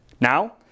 now